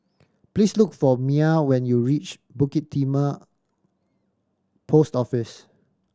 please look for Mia when you reach Bukit Timah Post Office